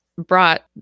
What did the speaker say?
brought